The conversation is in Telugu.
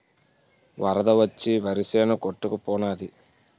వరద వచ్చి వరిసేను కొట్టుకు పోనాది